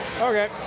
Okay